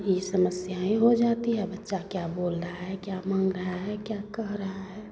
यही समस्याएँ हो जाती यह बच्चा क्या बोल रहा है क्या माँग रहा है क्या कह रहा है